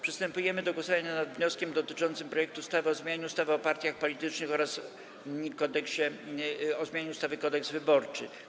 Przystępujemy do głosowania nad wnioskiem dotyczącym projektu ustawy o zmianie ustawy o partiach politycznych oraz o zmianie ustawy Kodeks wyborczy.